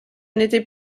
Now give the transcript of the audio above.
n’était